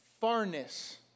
farness